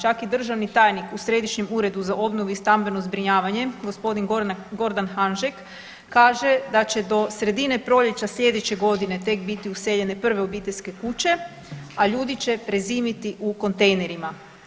Čak i državni tajnik u Središnjem uredu za obnovu i stambeno zbrinjavanje gospodin Gordan Hanžek kaže da će do sredine proljeća sljedeće godine tek biti useljene prve obiteljske kuće, a ljudi će prezimiti u kontejnerima.